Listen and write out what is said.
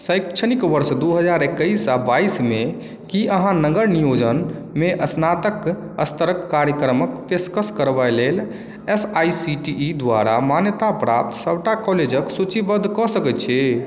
शैक्षणिक वर्ष दू हजार एकैस आ बाइसमे की अहाँ नगर नियोजनमे स्नातक स्तरक कार्यक्रमक पेशकश करबै लेल S I C T E द्वारा मान्यताप्राप्त सबटा कॉलेजक सूचीबद्ध कऽ सकैत छी